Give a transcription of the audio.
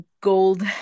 gold